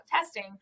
testing